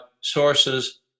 sources